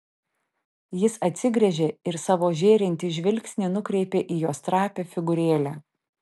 jis atsigręžė ir savo žėrintį žvilgsnį nukreipė į jos trapią figūrėlę